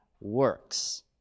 works